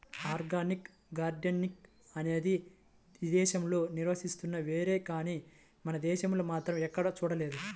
organic gardening అనేది విదేశాల్లో నిర్వహిస్తున్నారేమో గానీ మన దేశంలో మాత్రం ఎక్కడా చూడలేదు